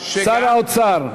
שר האוצר,